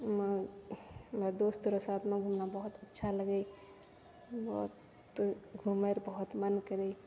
ओइमे हमरा दोस्तरऽ साथमे घूमना बहुत अच्छा लगै हँ बहुत घूमै रऽ बहुत मन करै